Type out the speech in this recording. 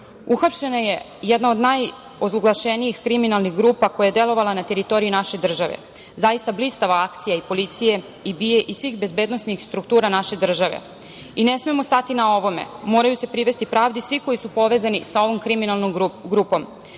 Uhapšena je jedna od najozloglašenijih kriminalnih grupa koja je delovala na teritoriji naše države. Zaista blistava akcija i policije i BIA i svih bezbednosnih struktura naše države i ne smemo stati na ovome, moraju se privesti pravdi svi koji su povezani sa ovom kriminalnom grupom. Težak